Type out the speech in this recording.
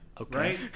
Okay